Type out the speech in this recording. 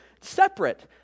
separate